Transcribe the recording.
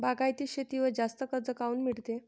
बागायती शेतीवर जास्त कर्ज काऊन मिळते?